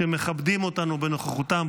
שמכבדים אותנו בנוכחותם,